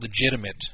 legitimate